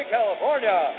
California